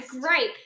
great